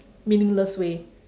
meaningless way